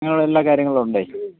അങ്ങനെയുള്ള എല്ലാ കാര്യങ്ങളുമുണ്ടേ